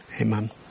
Amen